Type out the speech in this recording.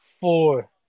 Four